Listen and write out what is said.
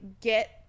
get